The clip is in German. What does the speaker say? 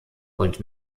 und